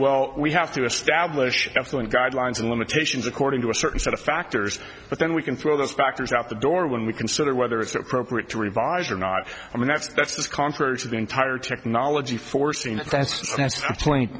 well we have to establish effluent guidelines and limitations according to a certain set of factors but then we can throw those factors out the door when we consider whether it's appropriate to revise or not i mean that's that's contrary to the entire technology foreseen that's